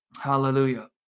Hallelujah